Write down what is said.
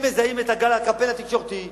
הם מזהים את הגל, הקמפיין התקשורתי.